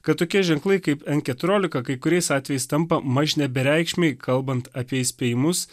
kad tokie ženklai kaip en keturiolika kai kuriais atvejais tampa mažne bereikšmiai kalbant apie įspėjimus